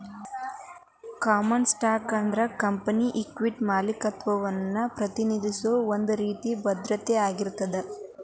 common stock ಅಂದ್ರ ಕಂಪೆನಿಯಾಗಿನ equity ಮಾಲೇಕತ್ವವನ್ನ ಪ್ರತಿನಿಧಿಸೋ ಒಂದ್ ರೇತಿ ಭದ್ರತೆ ಆಗಿರ್ತದ